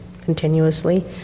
continuously